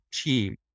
team